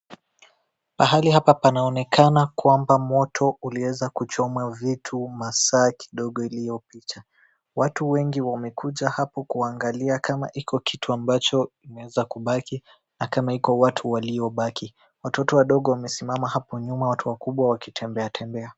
Pahali hapa panaonekana kwamba moto ulieza kuchoma vitu masaa kidogo iliyopita. Watu wengi wamekuja hapo kuangalia kama iko kitu ambacho kimeeza kubaki na kama iko watu waliobaki. Watoto wadogo wamesimama hapo nyuma watu wakubwa wakitembeatembea.